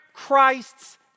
Christ's